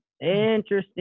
Interesting